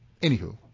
Anywho